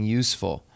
useful